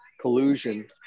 collusion